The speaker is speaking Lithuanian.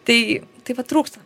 tai tai va trūksta